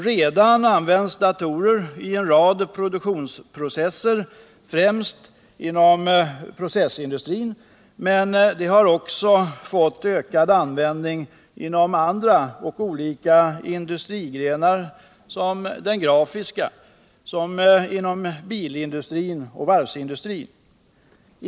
Redan nu används datorer i en rad olika produktionsprocesser, främst inom den s.k. processindustrin, men de har också fått ökad användning inom andra industrigrenar, som den grafiska industrin och biloch varvsindustrin.